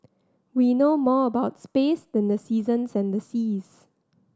we know more about space than the seasons and the seas